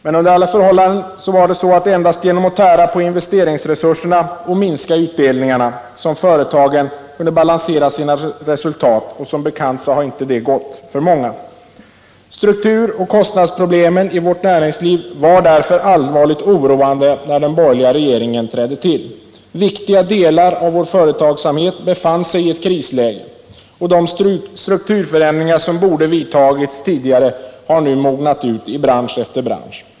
Men under alla förhållanden var det endast genom att tära på investeringsresurserna och minska utdelningarna som företagen kunde balansera sina resultat, och som bekant har inte detta gått för många. Strukturoch kostnadsproblemen i vårt näringsliv var därför allvarligt oroande när den borgerliga regeringen trädde till. Viktiga delar av vår företagsamhet befann sig i ett krisläge. De strukturförändringar som borde ha vidtagits tidigare har nu mognat ut i bransch efter bransch.